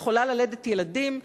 היא יכולה ללדת ילדים,